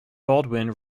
baldwin